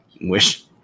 wish